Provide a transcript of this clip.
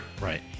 right